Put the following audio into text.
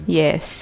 yes